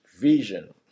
Vision